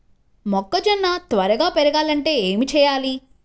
మొక్కజోన్న త్వరగా పెరగాలంటే ఏమి చెయ్యాలి?